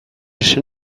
esan